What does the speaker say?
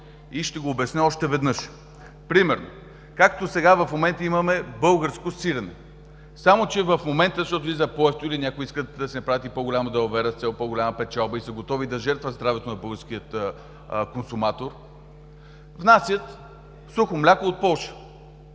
И ще го обясня още веднъж. Примерно, както сега в момента имаме българско сирене, само че в момента, тъй като излиза по-евтино и някои искат да си направят по-голяма далавера с цел по-голяма печалба, и са готови да жертват здравето на българския консуматор, внасят сухо мляко от Полша.